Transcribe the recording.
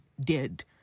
dead